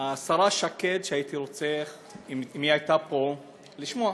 השרה שקד, שהייתי רוצה, אם היא הייתה פה, לשמוע,